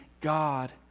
God